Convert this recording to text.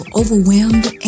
overwhelmed